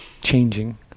changing